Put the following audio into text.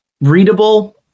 readable